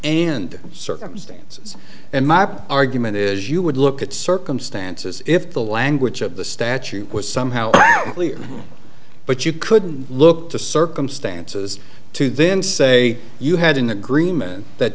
and circumstances and my argument is you would look at circumstances if the language of the statute was somehow out but you couldn't look to circumstances to then say you had an agreement that